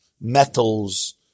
metals